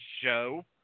show